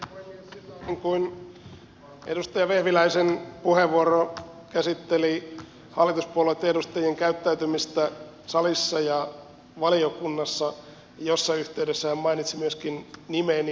silloin kun edustaja vehviläisen puheenvuoro käsitteli hallituspuolueitten edustajien käyttäytymistä salissa ja valiokunnassa siinä yhteydessä hän mainitsi myöskin nimeni